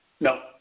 No